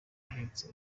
ahetse